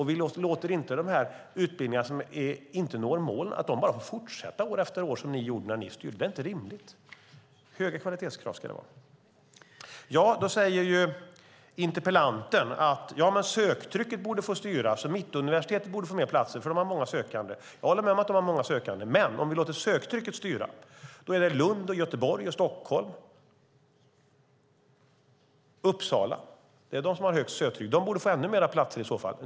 Vi låter inte utbildningar som inte når målen bara få fortsätta år efter år, som ni gjorde när ni styrde. Det är inte rimligt. Höga kvalitetskrav ska det vara. Interpellanten säger att söktrycket borde få styra och menar att Mittuniversitetet borde få fler platser, för där har man många sökande. Jag håller med om att man har många sökande, men om vi låter söktrycket styra är det Lund, Göteborg, Stockholm och Uppsala som borde få ännu fler platser, för de har högst söktryck.